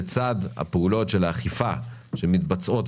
לצד פעולות האכיפה שמתבצעות,